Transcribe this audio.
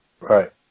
Right